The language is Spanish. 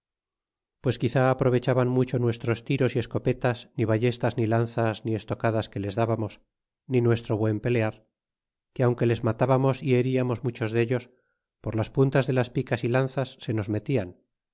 pues quizá aprovechaban mucho nuestros tiros y escopetas ni ballestas ni lanzas ni estocadas que les dábamos ni nuestro buen pelear que aunque les matábamos y heriamos muchos dellos por las puntas de las picas y lanzas se nos metian